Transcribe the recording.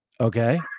okay